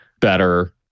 better